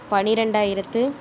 பன்னிரெண்டாயிரத்து